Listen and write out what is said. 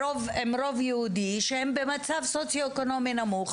רוב יהודי שהן במצב סוציואקונומי נמוך,